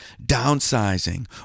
Downsizing